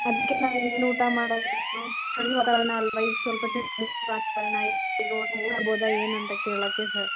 ಅದಕ್ಕೆ ನಾನು ಏನು ಊಟ ಮಾಡೋ ಚಳಿ ವಾತಾವರಣ ಅಲ್ಲವಾ ಈಗ ಸ್ವಲ್ಪ ಚಳಿ ವಾತಾವರಣ ಓಡಾಡ್ಬೌದಾ ಏನು ಅಂತ ಕೇಳೋಕ್ಕೆ ಸರ್